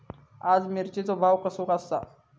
आज मिरचेचो भाव कसो आसा?